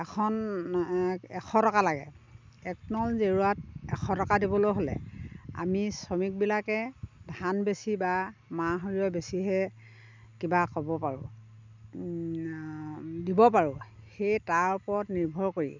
এখন এশ টকা লাগে এক নল জেউৰাত এশ টকা দিবলৈ হ'লে আমি শ্ৰমিকবিলাকে ধান বেচি বা মাহ সৰিয়হ বেচিহে কিবা ক'ব পাৰোঁ দিব পাৰোঁ সেই তাৰ ওপৰত নিৰ্ভৰ কৰি